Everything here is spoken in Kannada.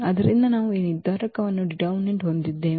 ಆದ್ದರಿಂದ ನಾವು ಈ ನಿರ್ಧಾರಕವನ್ನು ಹೊಂದಿದ್ದೇವೆ